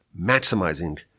maximizing